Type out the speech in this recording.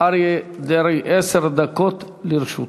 אריה דרעי, עשר דקות לרשותך.